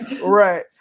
Right